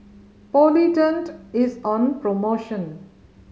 Polident is on promotion